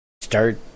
start